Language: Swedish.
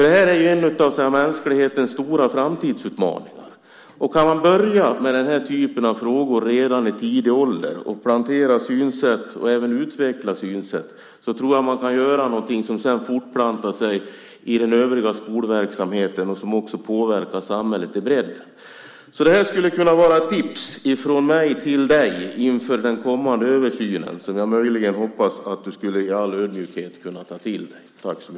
Det här är ju en av mänsklighetens stora framtidsutmaningar. Kan man börja med den här typen av frågor redan i tidig ålder, plantera och även utveckla synsätt, tror jag att man kan göra något som sedan fortplantar sig i den övriga skolverksamheten och som också påverkar samhället på bredden. Det skulle kunna vara ett tips från mig till dig inför den kommande översynen som jag, i all ödmjukhet, hoppas att du möjligen skulle kunna ta till dig.